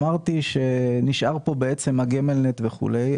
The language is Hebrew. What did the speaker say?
אמרתי שנשאר פה גמל-נט וכולי.